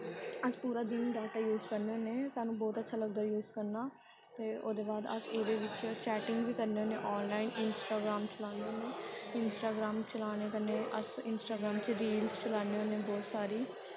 अस पूरा दिन डाटा यूज़ करने होन्ने सानूं बौह्त अच्छा लगदा यूज़ करना ते ओह्दे बाद अस एह्दे बिच्च चैटिंग बी करने होन्ने आनलाइन इंस्टाग्राम चलान्ने होन्ने इंस्टाग्राम चलाने कन्नै अस इंस्टाग्राम च रील्स चलाने होन्ने बौह्त सारी